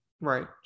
Right